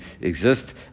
exist